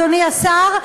אדוני השר,